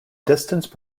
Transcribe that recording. distance